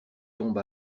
tombent